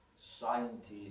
scientists